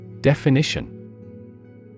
Definition